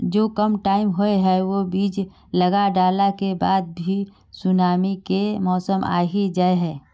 जो कम टाइम होये है वो बीज लगा डाला के बाद भी सुनामी के मौसम आ ही जाय है?